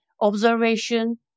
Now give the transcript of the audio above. observation